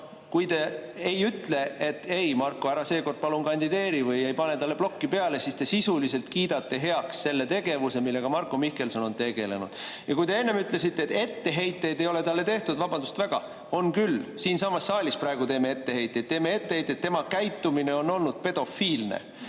kui te ei ütle, et Marko, ära seekord palun kandideeri, või ei pane talle blokki peale, siis te sisuliselt kiidate heaks selle tegevuse, millega Marko Mihkelson on tegelenud. Ja kui te enne ütlesite, et etteheiteid ei ole talle tehtud, siis vabandust väga, on küll. Siinsamas saalis praegu teeme etteheiteid. Teeme etteheiteid, tema käitumine on olnud pedofiilne.